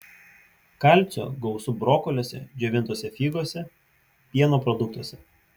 kalcio gausu brokoliuose džiovintose figose pieno produktuose